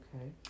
Okay